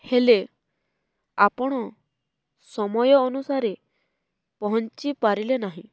ହେଲେ ଆପଣ ସମୟ ଅନୁସାରରେ ପହଞ୍ଚି ପାରିଲେ ନାହିଁ